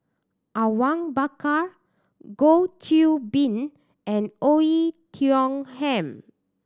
Awang Bakar Goh Qiu Bin and Oei Tiong Ham